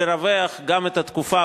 לרווח גם את התקופה,